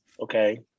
Okay